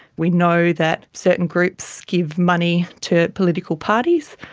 we know that certain groups give money to political parties.